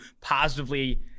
positively